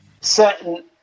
certain